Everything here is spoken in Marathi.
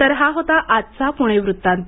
तर हा होता आजचा पूणे व्त्तांत